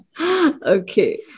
Okay